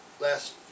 last